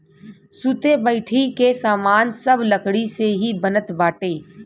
सुते बईठे के सामान सब लकड़ी से ही बनत बाटे